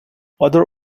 other